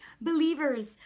Believers